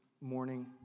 morning